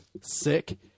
Sick